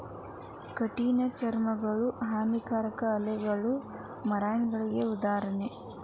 ಕಠಿಣ ಚರ್ಮಿಗಳು, ಹಾನಿಕಾರಕ ಆಲ್ಗೆಗಳು ಮರೈನಗಳಿಗೆ ಉದಾಹರಣೆ